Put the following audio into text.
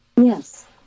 Yes